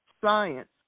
Science